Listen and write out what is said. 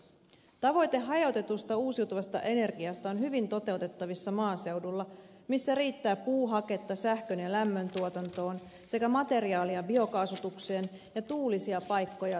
tavoite hajautetusta uusiutuvasta energiasta on hyvin toteutettavissa maaseudulla missä riittää puuhaketta sähkön ja lämmöntuotantoon sekä materiaalia biokaasutukseen ja tuulisia paikkoja tuulimyllyille